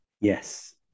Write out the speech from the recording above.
Yes